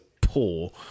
poor